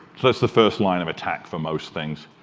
that's the first line of attack for most things.